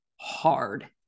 hard